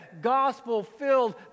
gospel-filled